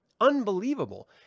Unbelievable